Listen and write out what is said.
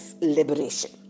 liberation